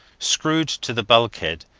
screwed to the bulk-head,